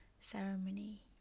Ceremony